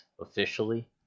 officially